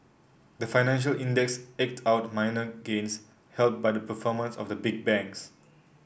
the financial index eked out minor gains helped by the performance of the big banks